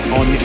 on